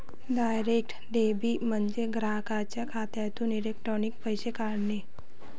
direct debit म्हणजे ग्राहकाच्या खात्यातून इलेक्ट्रॉनिक पैसे काढणे